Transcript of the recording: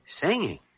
Singing